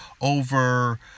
over